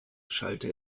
schallte